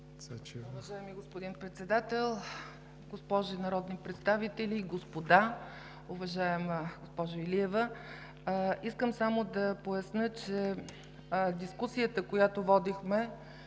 Уважаеми господин Председател, госпожи народни представители и господа! Уважаема госпожо Илиева, искам да поясня за дискусията, която водихме,